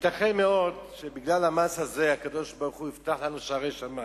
ייתכן מאוד שבגלל המס הזה הקדוש-ברוך-הוא יפתח לנו שערי שמים,